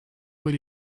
will